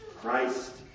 Christ